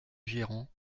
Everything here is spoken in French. gérant